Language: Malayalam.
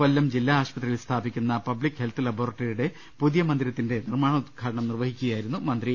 കൊല്ലം ജില്ലാ ആശുപത്രിയിൽ സ്ഥാപിക്കുന്ന പബ്ലിക് ഹെൽത്ത് ലബോറട്ടറിയുടെ പുതിയ മന്ദിരത്തിന്റെ നിർമാണോദ്ഘാടനം നിർവഹിക്കുകയായിരുന്നു മന്ത്രി